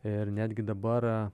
ir netgi dabar